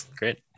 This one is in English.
great